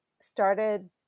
started